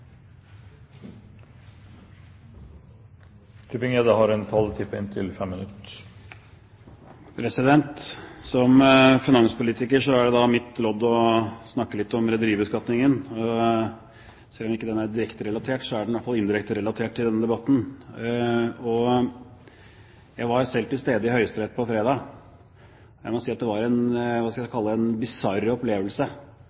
det mitt lodd å snakke litt om rederibeskatningen. Selv om den ikke er direkte relatert til denne debatten, er den i hvert fall indirekte relatert til den. Jeg var selv til stede i Høyesterett på fredag. Jeg må si at det var – hva skal jeg